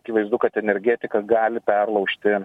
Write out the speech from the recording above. akivaizdu kad energetika gali perlaužti